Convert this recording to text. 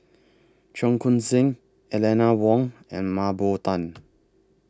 Cheong Koon Seng Eleanor Wong and Mah Bow Tan